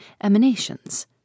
emanations